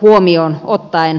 huomioon ottaen mahdollista